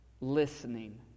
listening